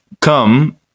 come